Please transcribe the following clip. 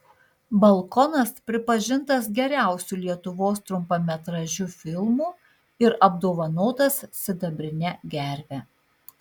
balkonas pripažintas geriausiu lietuvos trumpametražiu filmu ir apdovanotas sidabrine gerve